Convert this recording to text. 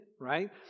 Right